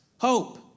hope